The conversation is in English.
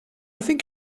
think